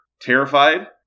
terrified